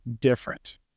different